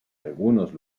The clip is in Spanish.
algunos